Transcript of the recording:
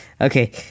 Okay